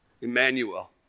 Emmanuel